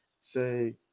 say